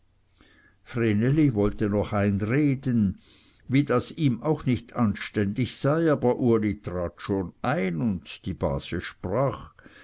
vreneli wollte noch einreden wie das ihm auch nicht anständig sei aber uli trat schon ein und die base sprach